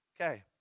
Okay